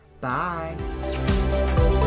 Bye